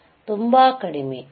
1 ಪ್ರತಿಶತ ಇದು ತುಂಬಾ ಕಡಿಮೆ